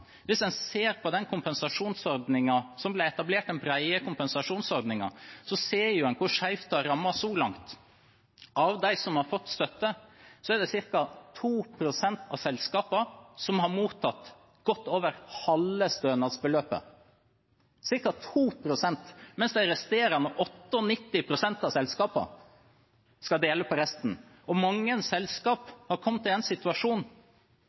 Hvis en ser på den kompensasjonsordningen som ble etablert, den brede kompensasjonsordningen, ser en hvor skjevt det har rammet så langt. Av dem som har fått støtte, er det ca. 2 pst. av selskapene som har mottatt godt over halve stønadsbeløpet, mens de resterende 98 pst. av selskapene skal dele på resten. Mange selskap har kommet i